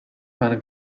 when